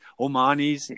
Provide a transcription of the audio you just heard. Omanis